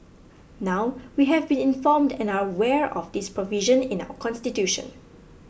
now we have been informed and are aware of this provision in our constitution